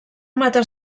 matar